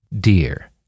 Dear